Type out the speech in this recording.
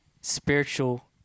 spiritual